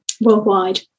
Worldwide